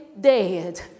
dead